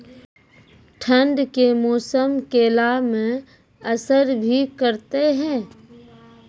ठंड के मौसम केला मैं असर भी करते हैं?